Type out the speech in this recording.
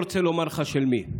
לא רוצה לומר לך של מי.